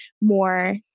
more